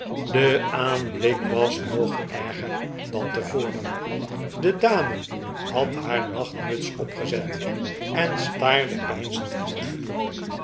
de aanblik was nog erger dan tevoren de dame had haar nachtmuts opgezet en staarde peinzend in het vuur